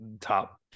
top